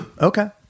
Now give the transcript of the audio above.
okay